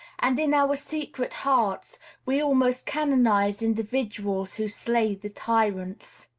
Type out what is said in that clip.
and in our secret hearts we almost canonize individuals who slay the tyrants.